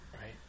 right